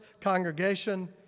congregation